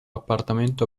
appartamento